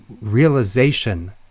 realization